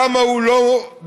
כמה הוא לא בסדר: